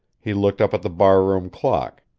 he looked up at the barroom clock.